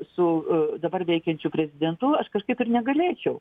su dabar veikiančiu prezidentu aš kažkaip ir negalėčiau